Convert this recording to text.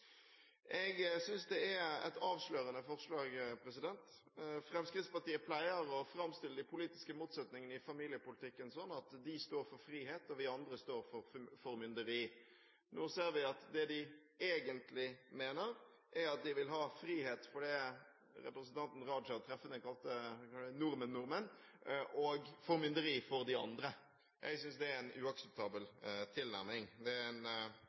Jeg synes dette er et avslørende forslag. Fremskrittspartiet pleier å framstille de politiske motsetningene i familiepolitikken slik at de står for frihet og vi andre står for formynderi. Nå ser vi at det de egentlig mener, er at de vil ha frihet for det representanten Raja så treffende kalte «nordmenn-nordmenn», og formynderi for de andre. Jeg synes det er en uakseptabel tilnærming. Det viser at Fremskrittspartiet ikke står for liberalisme, men en